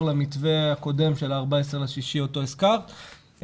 למתווה הקודם של ה-14.6 אותו הזכרת,